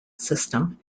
system